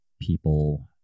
people